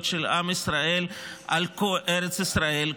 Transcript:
של עם ישראל על כל ארץ ישראל כולה.